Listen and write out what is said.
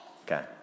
okay